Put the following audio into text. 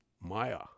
Maya